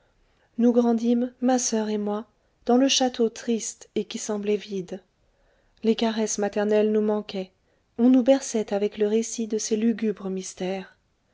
nous grandîmes ma soeur et moi dans le château triste et qui semblait vide les caresses maternelles nous manquaient on nous berçait avec le récit de ces lugubres mystères